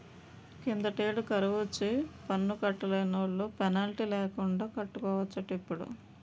కిందటేడు కరువొచ్చి పన్ను కట్టలేనోలు పెనాల్టీ లేకండా కట్టుకోవచ్చటిప్పుడు